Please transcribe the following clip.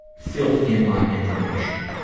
filled in my information.